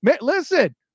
Listen